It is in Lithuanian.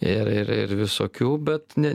ir ir ir visokių bet ne